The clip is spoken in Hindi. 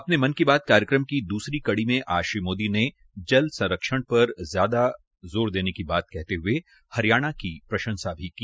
अपने मन की बात कार्यक्रम की दूसरी कड़ी में आज श्री मोदी ने जल संरक्षण पर ज्यादा जोर देने की बात करते हुए हरियाणा की प्रशंसा भी की